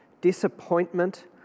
disappointment